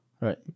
Right